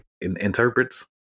interprets